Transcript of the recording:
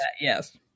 Yes